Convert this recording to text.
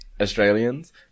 Australians